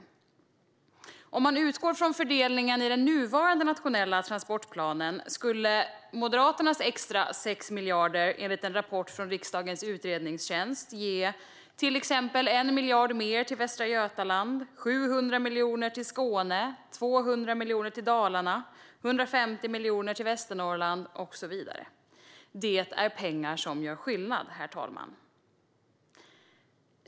Men om man utgår från fördelningen i den nuvarande nationella transportplanen skulle Moderaternas extra 6 miljarder enligt en rapport från riksdagens utredningstjänst ge 1 miljard mer till Västra Götaland, 700 miljoner mer till Skåne, 200 miljoner mer till Dalarna, 150 miljoner mer till Västernorrland och så vidare. Det är pengar som gör skillnad, herr talman.